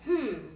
hmm